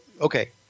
okay